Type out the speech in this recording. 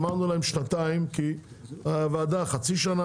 אמרנו להם שנתיים ,כי הוועדה חצי שנה,